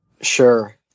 sure